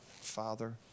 Father